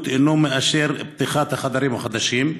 אינו מאשר את פתיחת החדרים החדשים?